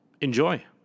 Enjoy